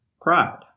pride